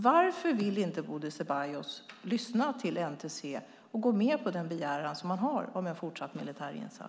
Varför vill inte Bodil Ceballos lyssna till NTC och gå med på dess begäran om en fortsatt militär insats?